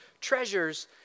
treasures